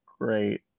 great